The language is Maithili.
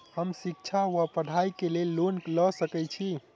हम शिक्षा वा पढ़ाई केँ लेल लोन लऽ सकै छी?